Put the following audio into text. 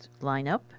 lineup